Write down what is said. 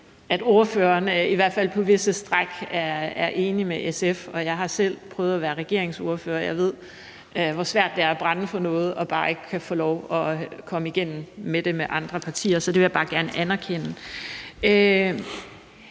at ordføreren i hvert fald på visse stræk er enig med SF. Jeg har selv prøvet at være regeringsordfører, og jeg ved, hvor svært det er at brænde for noget og bare ikke at kunne få lov at komme igennem med det sammen med andre partier, så det vil jeg bare gerne anerkende.